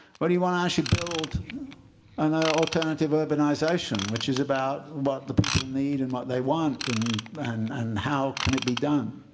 but do you want to actually build an ah alternative urbanization which is about what the people need, and what they want, and and how can it be done?